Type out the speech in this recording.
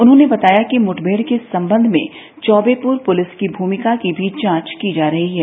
उन्होंने बताया कि मुठभेड़ के सम्बंध में चौबेपूर पुलिस की भूमिका की भी जांच की जा रही है